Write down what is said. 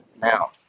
now